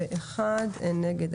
מי נגד?